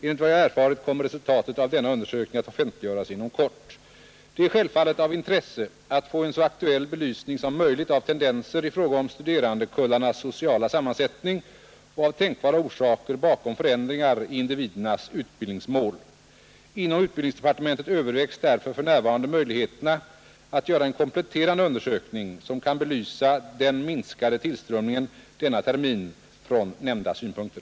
Enligt vad jag erfarit kommer resultatet av denna undersökning att offentliggöras inom kort. Det är självfallet av intresse att få en så aktuell belysning som möjligt av tendenser i fråga om studerandekullarnas sociala sammansättning och av tänkbara orsaker bakom förändringar i individernas utbildningsmål. Inom utbildningsdepartementet övervägs därför för närvarande möjligheterna att göra en kompletterande undersökning, som kan belysa den minskade tillströmningen denna termin från nämnda synpunkter.